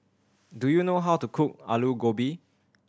do you know how to cook Aloo Gobi